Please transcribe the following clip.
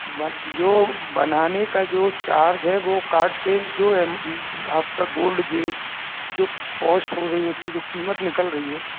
बन जो बनाने का जो चार्ज है वो काट के जो है आपका गोल्ड जे जो कोस्ट हो रही है उसकी जो कीमत निकल रही है